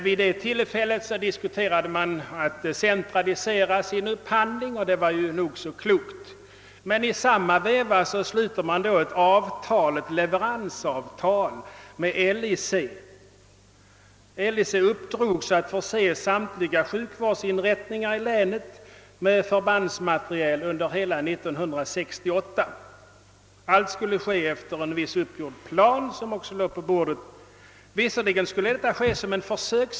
Vid nämnda sammanträde diskuterades centraliseringen av upphandlingen, vilket var nog så klokt, men i samma veva slöts ett leveransavtal med LIC, som fick i uppdrag att förse samtliga sjukvårdsinrättningar i länet med förbandsmateriel under hela år 1968. Allt skulle ske efter en viss uppgjord plan och verksamheten skulle bedrivas på försök.